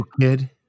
kid